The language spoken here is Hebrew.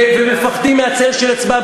ומפחדים מהצל של עצמם,